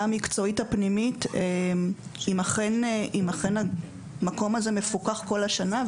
המקצועית הפנימית אם אכן המקום הזה מפוקח כל השנה,